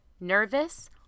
nervous